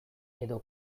edo